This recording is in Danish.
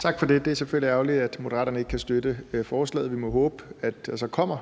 Tak for det. Det er selvfølgelig ærgerligt, at Moderaterne ikke kan støtte forslaget. Vi må håbe, at der så kommer